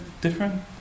different